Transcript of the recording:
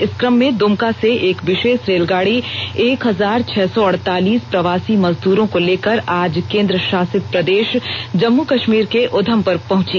इस कम में दुमका से एक विशेष रेलगाड़ी एक हजार छह सौ अड़तालीस प्रवासी मजदूरों को लेकर आज केन्द्र शासित प्रदेश जम्मू कश्मीर के उधमपुर पहुंची